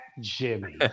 Jimmy